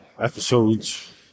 episodes